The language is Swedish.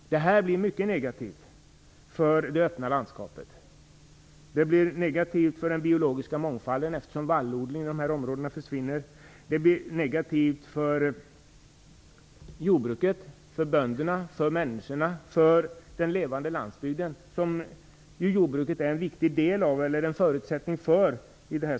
Detta blir mycket negativt för det öppna landskapet. Det blir negativt för den biologiska mångfalden, eftersom vallodlingen försvinner inom dessa områden. Det blir över huvud taget negativt för jordbruket, för människorna och för den levande landsbygden, som jordbruket är en viktig förutsättning för.